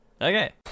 Okay